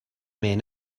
men